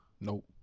Nope